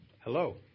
Hello